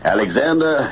Alexander